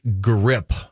grip